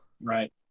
Right